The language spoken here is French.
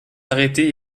arrêter